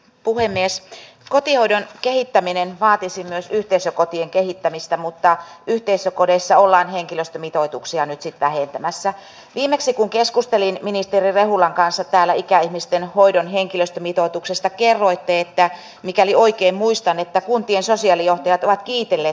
puhemies kotihoidon kehittäminen vaatisi myös yhteisökotien kehittämistä mutta yhteisökodeissa ollaan henkilöstömitoituksia nyt sitä heittämässä viimeksi kun keskustelin ministeri rehulan kanssa täällä ikäihmisten hoidon henkilöstömitoituksesta kerroitte ei voi hyväksyä asennetta että kuntien sosiaalijohtajat ovat kiitelleet